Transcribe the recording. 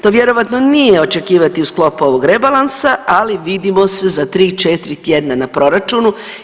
To vjerojatno nije očekivati u sklopu ovog rebalansa, ali vidimo se za 3-4 tjedna na proračunu.